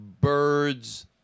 birds